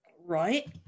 Right